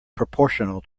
proportional